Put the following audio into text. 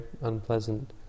unpleasant